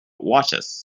watches